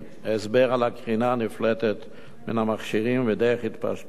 הסבר על הקרינה הנפלטת מן המכשירים ודרך התפשטותה,